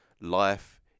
life